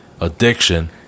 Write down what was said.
addiction